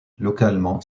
localement